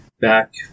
back